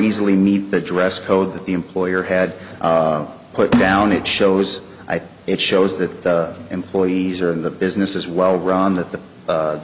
easily meet the dress code that the employer had put down it shows it shows that employees are in the business as well ron that the